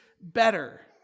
better